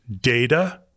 data